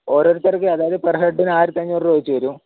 ഓരോരുത്തർക്ക് അതായത് പെർ ഹെഡിന് ആയിരത്തി അഞ്ഞൂറ് രൂപ വച്ച് വരും